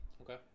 Okay